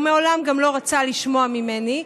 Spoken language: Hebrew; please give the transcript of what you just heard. הוא מעולם גם לא רצה לשמוע ממני,